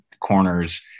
corners